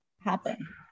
happen